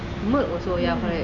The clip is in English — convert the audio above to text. milk also ya correct